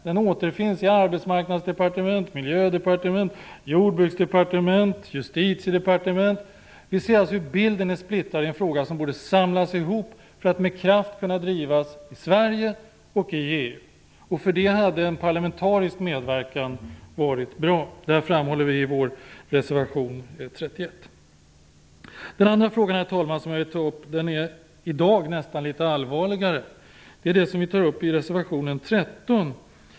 Den återfinns i arbetsmarknadsdepartement, miljödepartement, jordbruksdepartement och justitiedepartement. Vi ser hur bilden är splittrad i en fråga som borde samlas ihop för att med kraft kunna drivas i Sverige och i EU. För det hade en parlamentarisk medverkan varit bra. Det framhåller vi i vår reservation 31. Herr talman! Den andra frågan jag vill ta upp är i dag nästan litet allvarligare. Det är den fråga som vi berör i reservation 13.